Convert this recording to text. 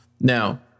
Now